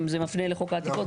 אם זה מפנה לחוק העתיקות,